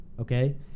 Okay